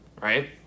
right